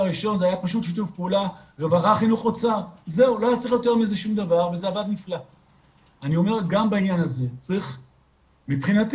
בעיקר אותם ילדים שגם ככה נמצאים בבעיה.